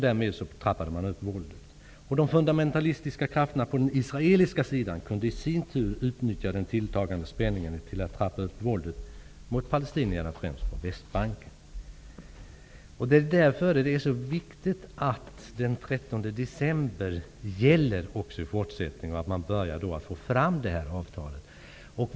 Därmed trappades våldet upp. De fundamentalistiska krafterna på den israeliska sidan kunde i sin tur utnyttja den tilltagande spänningen till att trappa upp våldet mot palestinierna, främst på Det är därför så viktigt att den 13 december gäller också i fortsättningen, och att man påbörjar arbetet med att få fram det här avtalet.